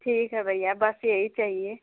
ठीक है भैया बस यही चाहिए